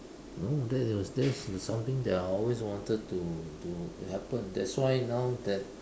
no that was that is something that I always wanted to to happen that's why now that